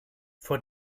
vor